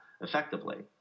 effectively